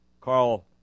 Carl